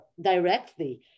directly